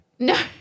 No